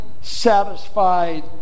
satisfied